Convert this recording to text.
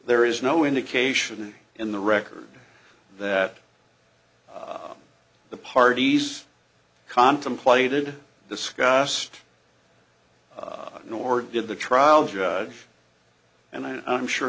there is no indication in the record that the parties contemplated discussed nor did the trial judge and i'm sure